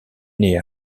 née